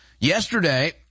Yesterday